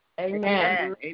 Amen